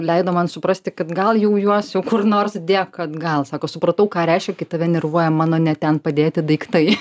leido man suprasti kad gal jau juos jau kur nors dėk atgal sako supratau ką reiškia kai tave nervuoja mano ne ten padėti daiktai